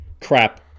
crap